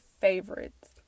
favorites